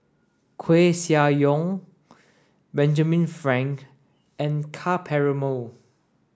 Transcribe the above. Koeh Sia Yong Benjamin Frank and Ka Perumal